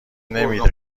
نمیده